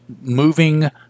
moving